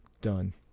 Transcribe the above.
Done